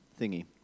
thingy